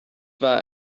war